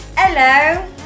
Hello